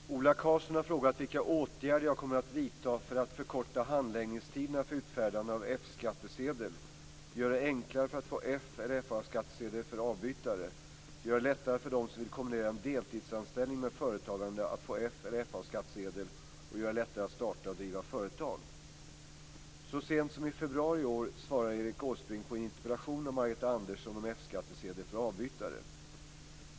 Fru talman! Ola Karlsson har frågat vilka åtgärder jag kommer att vidta för att - förkorta handläggningstiderna för utfärdande av - göra det enklare att få F eller FA-skattsedel för avbytare, - göra det lättare för dem som vill kombinera en deltidsanställning med företagande att få F eller - göra det lättare att starta och driva företag. Så sent som i februari i år svarade Erik Åsbrink på en interpellation av Margareta Andersson om F skattsedel för avbytare.